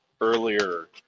earlier